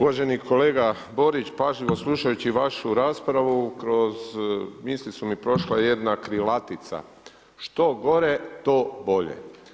Uvaženi kolega Borić, pažljivo slušajući vašu raspravu kroz misli su mi prošle jedna krilatica, što gore, to bolje.